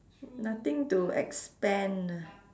nothing to expand ah